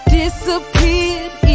disappeared